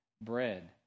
bread